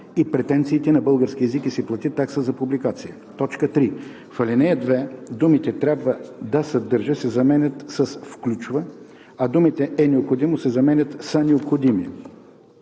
и претенциите на български език, и се плати такса за публикация.“ 3. В ал. 2 думите „трябва да съдържа“ се заменят с „включва“, а думите „е необходимо“ се заменят със „са необходими“.